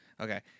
Okay